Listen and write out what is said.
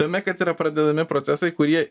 tame kad yra pradedami procesai kurie